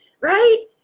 right